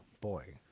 Boy